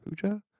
Puja